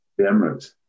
Emirates